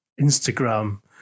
Instagram